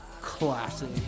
Classic